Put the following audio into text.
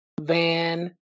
Van